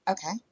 Okay